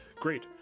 great